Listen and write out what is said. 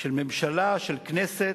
של ממשלה, של כנסת,